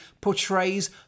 portrays